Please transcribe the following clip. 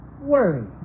Worry